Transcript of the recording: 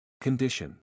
Condition